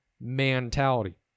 mentality